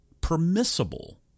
permissible